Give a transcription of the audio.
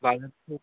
বাজেটটো